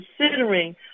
considering